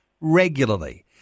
regularly